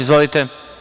Izvolite.